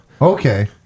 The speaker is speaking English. Okay